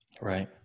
right